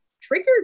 triggered